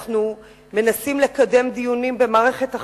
אנחנו מנסים לקדם דיונים במערכת החינוך,